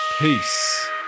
Peace